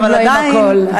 אם לא עם הכול.